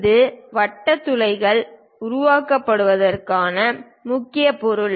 இந்த வட்ட துளைகள் உருவாக்கப்படுவதே முக்கிய பொருள்